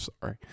sorry